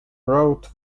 wrote